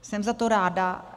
Jsem za to ráda.